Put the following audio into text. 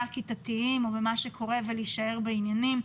הכיתתיים או במה שקורה ולהישאר בעניינים.